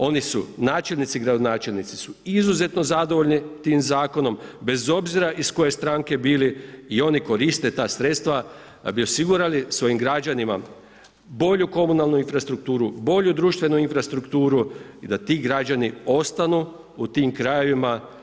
Oni su načelnici, gradonačelnici su izuzetno zadovoljni tim zakonom bez obzir iz koje stranke bili i oni koriste ta sredstva da bi osigurali svojim građanima bolju komunalnu infrastrukturu, bolju društvenu infrastrukturu i da ti građani ostanu u tim krajevima.